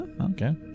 Okay